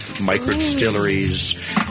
micro-distilleries